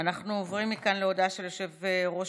אנחנו עוברים מכאן להודעה של יושב-ראש